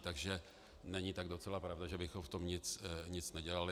Takže není tak docela pravda, že bychom v tom nic nedělali.